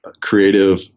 creative